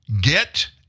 get